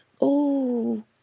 Oh